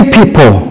people